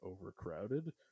overcrowded